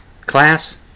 class